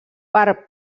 per